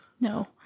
no